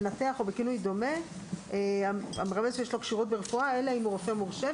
מנתח או בכינוי דומה --- אלא אם הוא רופא מורשה".